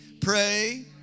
pray